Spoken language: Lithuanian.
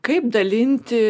kaip dalinti